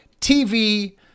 TV